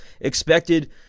expected